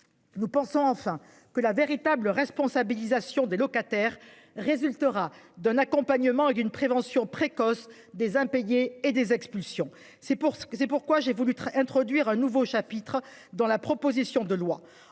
Nous pensons enfin que la véritable responsabilisation des locataires résultera d'un accompagnement et d'une prévention précoce des impayés et des expulsions c'est pour ce que c'est, pourquoi j'ai voulu introduire un nouveau chapitre dans la proposition de loi